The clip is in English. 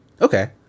okay